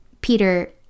Peter